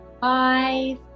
five